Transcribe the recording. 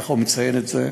ככה הוא מציין את זה,